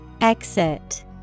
Exit